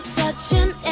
touching